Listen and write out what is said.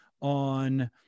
on